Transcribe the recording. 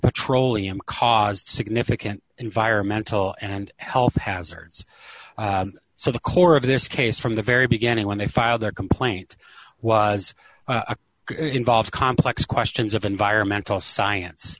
petroleum caused significant environmental and health hazards so the core of this case from the very beginning when they filed their complaint was involved complex questions of environmental science